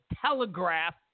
telegraph